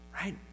Right